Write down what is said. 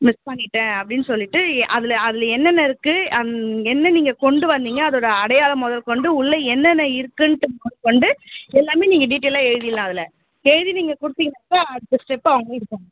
miss பண்ணிவிட்டேன் அப்படினு சொல்லிவிட்டு அதில் அதில் என்னென்ன இருக்குது அந் என்ன நீங்கள் கொண்டு வந்தீங்க அதோடய அடையாளம் முதல் கொண்டு உள்ளே என்னென்ன இருக்குதுன்ட்டு முதல்கொண்டு எல்லாமே நீங்கள் டீட்டெய்லாக எழுதிடலாம் அதில் எழுதி நீங்கள் கொடுத்தீங்கனாக்கா அடுத்த ஸ்டெப் அவங்கள் எடுப்பாங்க